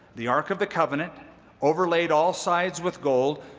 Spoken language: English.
the ark of the covenant overlaid all sides with gold,